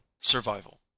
Survival